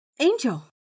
Angel